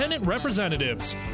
Representatives